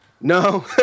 No